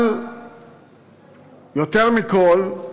אבל יותר מכול,